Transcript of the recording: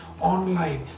online